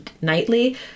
nightly